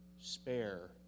spare